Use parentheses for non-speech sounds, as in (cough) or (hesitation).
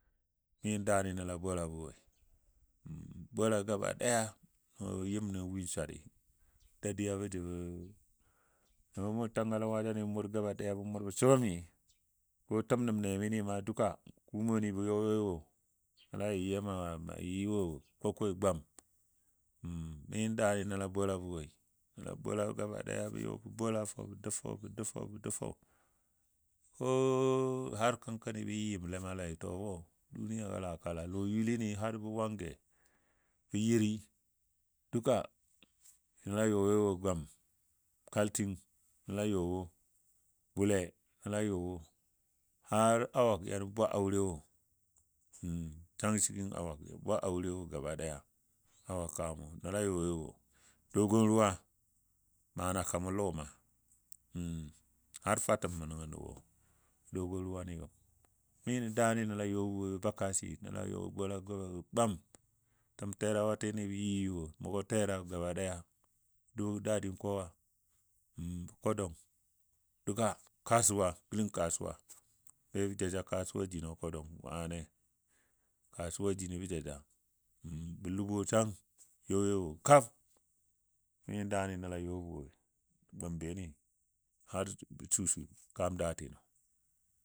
Mi nən daani nəl a bolabɔ woi (noise) bola gaba ɗaya yɨm nyo win swari dadiyabɔ jəbɔ (hesitation) nəngɔ bə mʊr tangale wajani bə mʊr gaba daya bə subəmi ko təm nəbnemini maa duka kumoni bə yɔ yɔi wo nəngɔ nəla yɨ wo bə kokoi gwam (hesitation) mi nən daani nəla bola bɔ woi. Nəla bola gaba ɗaya bə yɔ bə bola bə dou fou bə dou fou bə dou fou koo har kənkɔni bə yɨ yɨ ləmle to wɔ duniyagɔ laa kala lɔyulini har bə wange bə yiri duka nəla yɔyɔ wo gwam kaltin nəla yɔ wo, bule nəla yɔ wo har awak yɔ nə bwa aure wo (hesitation) can cikin awak nə bwa aure wo gaba ɗaya. Awak kamo nəla yɔyɔi wo dogon ruwa mana kaman lɔ ma. (hesitation) Har fatəm mə nəngən wo dogon ruwa ni gəm mi nən daani nəl a yɔ woi bə bakasi nəl yɔ bola bolai gwam təm terawatin bə yɨyɨ wo mʊgɔ tera gaba ɗaya duk bo dadin kowa n kodom duka kasuwa, gələng kasuwa be bə jaja kasuwa jino kodam wane kasuwa jino bə jaja. Bə lubo can bə yɔyɔi wo kab mi nən daani nəl yɔbɔ woi, gombe ni har bə susui kam daatino.